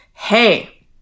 Hey